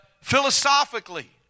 philosophically